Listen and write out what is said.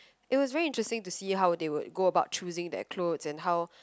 it was very interesting to see how they would go about choosing that cloth and how